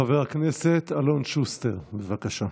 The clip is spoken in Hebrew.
חבר הכנסת אלון שוסטר, בבקשה.